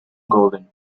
golden